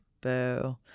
Boo